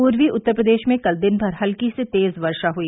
पूर्वी उत्तर प्रदेश में कल दिन भर हल्की से तेज वर्षा हुई